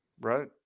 Right